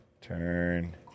Turn